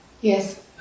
yes